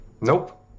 Nope